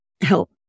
help